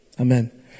Amen